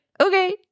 okay